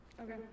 Okay